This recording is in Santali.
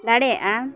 ᱫᱟᱲᱮᱭᱟᱜᱼᱟ